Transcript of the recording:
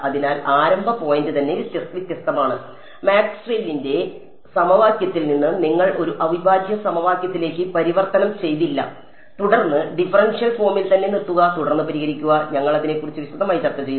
അതിനാൽ ആരംഭ പോയിന്റ് തന്നെ വ്യത്യസ്തമാണ് മാക്സ്വെല്ലിന്റെ സമവാക്യത്തിൽ നിന്ന് നിങ്ങൾ ഒരു അവിഭാജ്യ സമവാക്യത്തിലേക്ക് പരിവർത്തനം ചെയ്യില്ല തുടർന്ന് ഡിഫറൻഷ്യൽ ഫോമിൽ തന്നെ നിർത്തുക തുടർന്ന് പരിഹരിക്കുക ഞങ്ങൾ അതിനെക്കുറിച്ച് വിശദമായി ചർച്ച ചെയ്യും